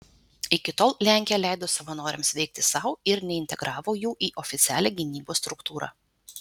iki tol lenkija leido savanoriams veikti sau ir neintegravo jų į oficialią gynybos struktūrą